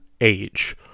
age